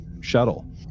shuttle